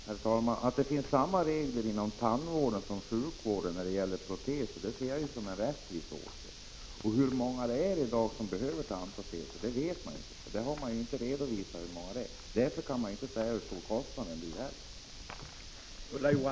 Herr talman! Att det finns samma regler inom tandvården och sjukvården när det gäller proteser ser jag som en rättvis åtgärd. Men hur många det är som i dag behöver tandproteser vet man ju inte. Det finns ingen redovisning i det sammanhanget. Därför kan man ju inte heller säga hur stor kostnaden blir.